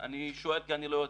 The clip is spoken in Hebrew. אני שואל כי אני לא יודע.